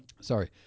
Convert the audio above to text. Sorry